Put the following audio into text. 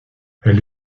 elle